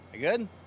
Good